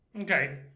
Okay